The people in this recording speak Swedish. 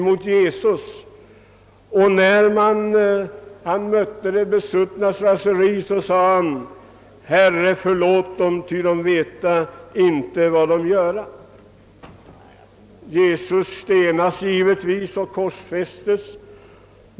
Men då han mötte de besuttnas raseri, sade han: »Herre, förlåt dem, ty de veta icke vad de göra!» Jesus stenades givetvis och korsfästes.